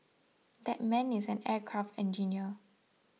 that man is an aircraft engineer